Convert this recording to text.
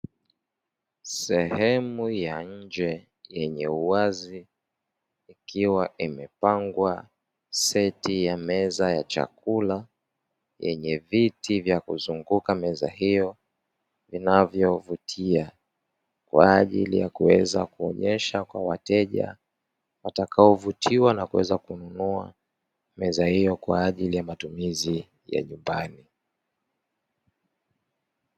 Sehemu ya nje yenye uwazi ikiwa imepangwa seti ya meza ya chakula, yenye viti vya kuzunguka meza hiyo vinavyovutia kwa ajili ya kuweza kuonyesha kwa wateja watakaovutiwa na kuweza kununua, meza hiyo kwa ajili ya matumizi ya nyumbani.